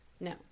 No